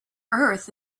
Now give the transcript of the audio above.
earth